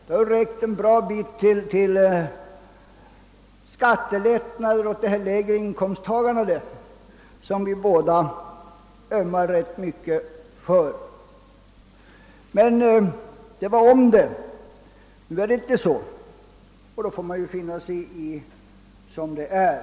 Det hade räckt ett gott stycke på väg när det gäller skattelättnader åt de lägre inkomsttagarna, som vi ju på båda sidor ömmar mycket för. Men det var »om», det. Nu är det inte så, och då får vi finna oss i situationen.